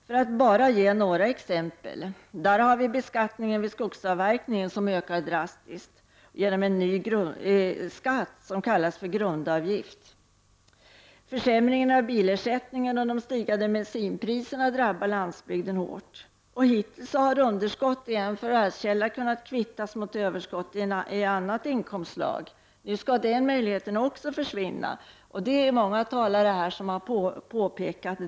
Låt mig ge endast några exempel: Beskattningen vid skogsavverkning ökar drastiskt genom en ny skatt, den s.k. grundavgiften. Försämringen av bilersättningen och de stigande bensinpriserna drabbar landsbygden hårt. Hittills har underskott i en förvärvskälla kunnat kvittas mot överskott i andra inkomstslag. Nu skall också denna möjlighet försvinna, något som många talare har påpekat.